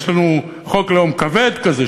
יש לנו חוק לאום כבד כזה,